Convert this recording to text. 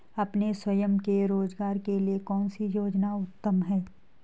अपने स्वयं के रोज़गार के लिए कौनसी योजना उत्तम है?